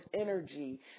energy